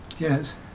Yes